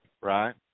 Right